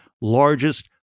largest